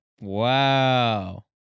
Wow